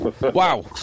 Wow